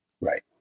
Right